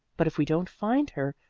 but if we don't find her,